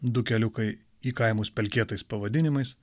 du keliukai į kaimus pelkėtais pavadinimais